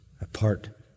apart